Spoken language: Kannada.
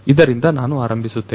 ಇದರಿಂದ ನಾನು ಆರಂಭಿಸುತ್ತೇನೆ